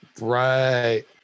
right